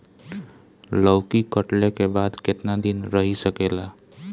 लौकी कटले के बाद केतना दिन रही सकेला?